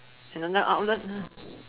another outlet lah